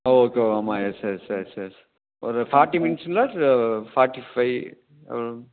okay ஆமாம் yes yes yes yes ஒரு forty மினிட்ஸ்ங்களா இல்லை ஃபார்ட்டி ஃபைவ்